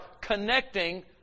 connecting